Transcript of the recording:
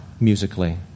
musically